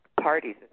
parties